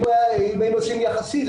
אם היינו עושים יחסי,